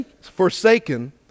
forsaken